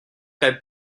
that